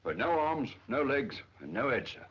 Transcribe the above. but no arms, no legs and no head,